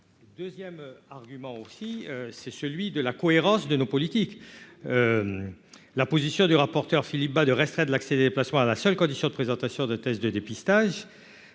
le dira. 2ème argument aussi, c'est celui de la cohérence de nos politiques, la position du rapporteur Philippe Bas de resterait de l'accès des déplacements à la seule condition de présentation de tests de dépistage